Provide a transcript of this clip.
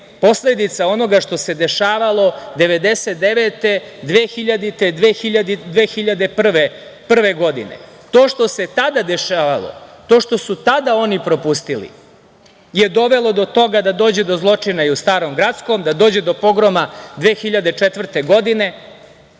posledica onoga što se dešavalo 1999, 2000, 2001. godine. To što se tada dešavalo, to što su tada oni propustili je dovelo do toga da dođe do zločina i u Starom Grackom, da dođe do pogroma 2004. godine